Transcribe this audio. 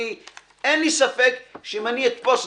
אין לי ספק שאם אני אתפוס,